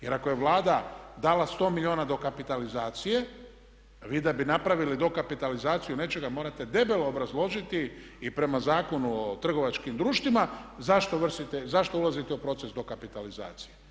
Jer ako je Vlada dala 100 milijuna dokapitalizacije vi da bi napravili dokapitalizaciju nečega morate debelo obrazložiti i prema Zakonu o trgovačkim društvima zašto ulazite u proces dokapitalizacije.